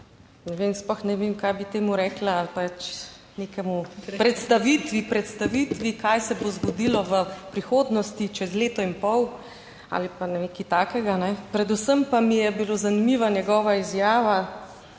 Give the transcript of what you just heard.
ne vem, sploh ne vem, kaj bi temu rekla, pač nekemu, predstavitvi, predstavitvi kaj se bo zgodilo v prihodnosti, čez leto in pol ali pa ne vem kaj takega, kajne, predvsem pa mi je bila zanimiva njegova izjava,